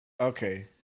Okay